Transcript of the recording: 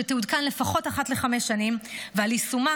שתעודכן לפחות אחת לחמש שנים ועל יישומה